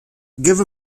give